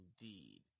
indeed